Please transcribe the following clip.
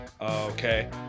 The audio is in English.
Okay